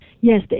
Yes